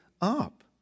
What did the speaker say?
up